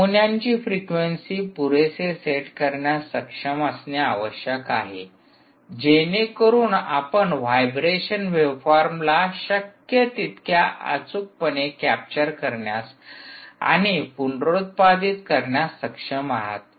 नमुन्यांची फ्रेक्वेंसी पुरेसे सेट करण्यास सक्षम असणे आवश्यक आहे जेणेकरून आपण व्हायब्रेशन वेव्हफॉर्मला शक्य तितक्या अचूकपणे कॅप्चर करण्यास आणि पुनरुत्पादित करण्यास सक्षम आहात